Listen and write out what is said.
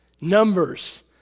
Numbers